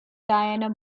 diana